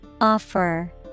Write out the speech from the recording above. Offer